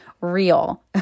real